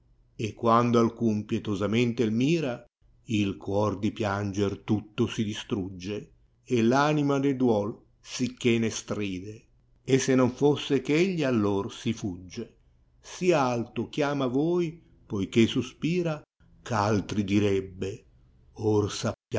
e quando alcun pietosamente il mira il cuor di pianger tutto si distrugge p anima ne duol sicché ne stride e se non fosse eh egli allor si fugge sì alto chiama a voi poiché inspira ch'altri direbbe or